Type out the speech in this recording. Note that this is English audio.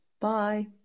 Bye